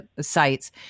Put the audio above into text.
sites